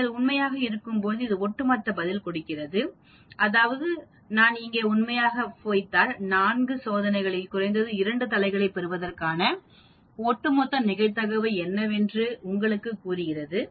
நீங்கள் உண்மையாக இருக்கும்போது அது ஒட்டுமொத்த பதில் கொடுக்கிறது அதாவது நான் இங்கே உண்மையாக வைத்தால் 4 சோதனைகளில் குறைந்தது 2 தலைகளைப் பெறுவதற்கான ஒட்டுமொத்த நிகழ்தகவு என்னவென்று உங்களுக்குக் கூறுகிறது